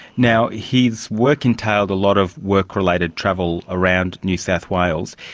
now, his work entailed a lot of work-related travel around new south wales.